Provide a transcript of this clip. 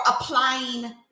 applying